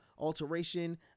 alteration